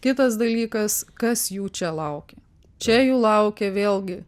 kitas dalykas kas jų čia laukė čia jų laukė vėlgi